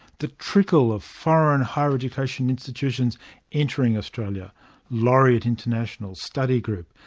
the trickle of foreign higher education institutions entering australia laureate international, study group,